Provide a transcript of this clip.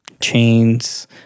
chains